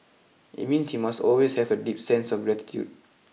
it means you must always have a deep sense of gratitude